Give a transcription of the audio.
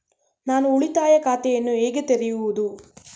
ನಾನು ಉಳಿತಾಯ ಖಾತೆಯನ್ನು ಹೇಗೆ ತೆರೆಯುವುದು?